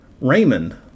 Raymond